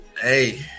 hey